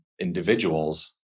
individuals